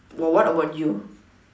what what about you